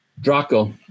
Draco